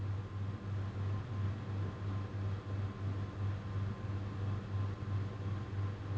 跟你讲了 mah five years mah